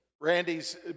Randy's